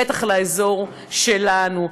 בטח לאזור שלנו.